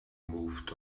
moved